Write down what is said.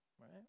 right